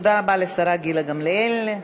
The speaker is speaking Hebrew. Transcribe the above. תודה רבה לשרה גילה גמליאל.